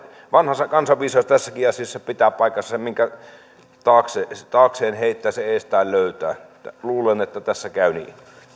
vanha kansanviisaus tässäkin asiassa pitää paikkansa sen minkä taakseen heittää sen edestään löytää luulen että tässä käy niin